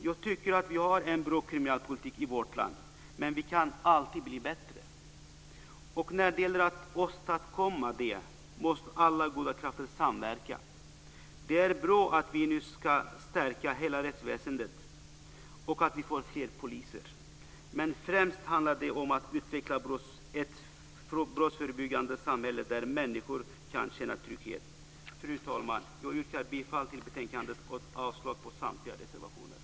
Jag tycker att vi har en bra kriminalpolitik i vårt land. Men vi kan alltid bli bättre. Och när det gäller att åstadkomma det måste alla goda krafter samverka. Det är bra att vi nu ska stärka hela rättsväsendet och att vi får fler poliser. Men främst handlar det om att utveckla ett brottsförebyggande samhälle där människor kan känna trygghet. Fru talman! Jag yrkar bifall till förslaget i betänkandet och avslag på samtliga reservationer.